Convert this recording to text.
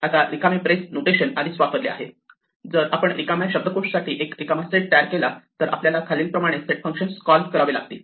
आता रिकामे brace notation आधीच वापरले आहे जर आपण रिकाम्या शब्दकोश साठी एक रिकामा सेट तयार केला तर आपल्याला खालील प्रमाणे सेट फंक्शन कॉल करावे लागेल